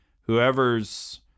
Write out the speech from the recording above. whoever's